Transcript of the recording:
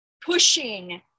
pushing